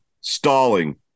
Stalling